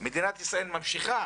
מדינת ישראל ממשיכה